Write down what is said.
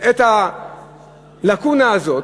את הלקונה הזאת,